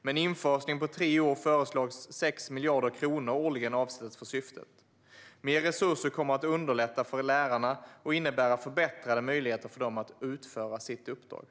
Med en infasning på tre år föreslås 6 miljarder kronor årligen avsättas för syftet. Mer resurser kommer att underlätta för lärarna och innebära förbättrade möjligheter för dem att utföra sitt uppdrag.